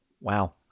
Wow